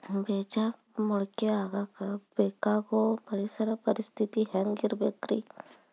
ಬೇಜ ಮೊಳಕೆಯಾಗಕ ಬೇಕಾಗೋ ಪರಿಸರ ಪರಿಸ್ಥಿತಿ ಹ್ಯಾಂಗಿರಬೇಕರೇ?